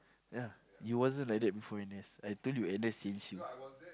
ya he wasn't like that before N_S I told you N_S changed him